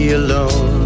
alone